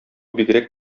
бигрәк